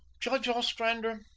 judge ostrander,